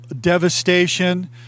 devastation